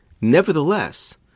Nevertheless